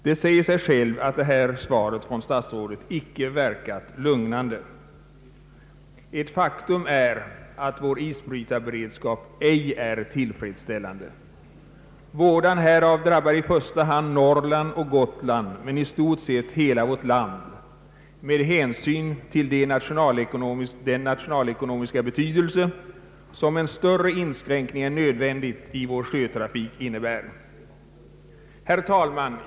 Det säger sig självt att torsdagens svar från statsrådet inte verkat lugnande. Ett faktum är att vår isbrytarberedskap inte är tillfredsställande. Vådan härav drabbar i första hand Norrland och Gotland men i stort sett hela vårt land med hänsyn till den nationalekonomiska betydelse som en större inskränkning än nödvändigt i vår sjötrafik innebär. Herr talman!